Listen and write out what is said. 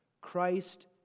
Christ